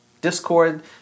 Discord